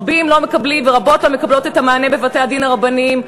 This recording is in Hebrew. רבים לא מקבלים ורבות לא מקבלות את המענה בבתי-הדין הרבניים.